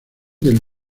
del